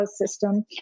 system